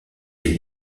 est